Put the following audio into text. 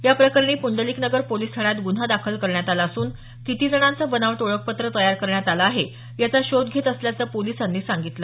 या प्रकरणी प्रंडलीकनगर पोलिस ठाण्यात गुन्हा दाखल करण्यात आला असून किती जणांचं बनावट ओळखपत्र तयार करण्यात आलं आहे याचा शोध घेत असल्याचं पोलिसांनी सांगितलं